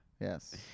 Yes